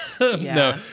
No